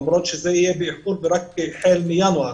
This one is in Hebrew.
למרות שזה יהיה באיחור ורק החל מינואר